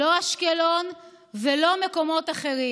לא אשקלון ולא מקומות אחרים".